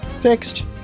Fixed